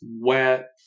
wet